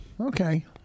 Okay